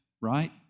right